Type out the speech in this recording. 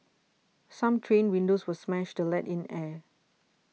some train windows were smashed to let in air